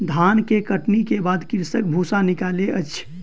धान के कटनी के बाद कृषक भूसा निकालै अछि